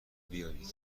بیابید